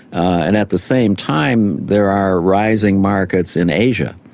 and at the same time there are rising markets in asia,